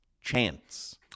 Chance